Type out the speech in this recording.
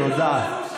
תודה.